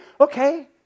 okay